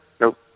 nope